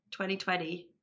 2020